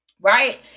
right